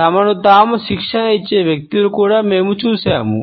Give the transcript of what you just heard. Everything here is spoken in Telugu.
తమను తాము శిక్షణ ఇచ్చే వ్యక్తులను కూడా మేము చూశాము